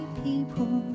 people